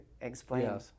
explain